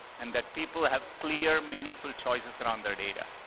and that people have clear, meaningful choices around their data.